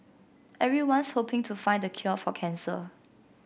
everyone's hoping to find the cure for cancer